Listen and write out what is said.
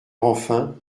enfin